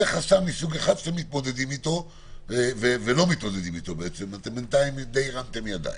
זה חסם מסוג אחד ולא מתמודדים איתו ובינתיים די הרמתם ידיים.